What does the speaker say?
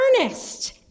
earnest